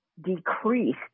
decreased